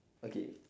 okay